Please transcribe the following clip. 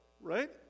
right